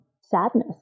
sadness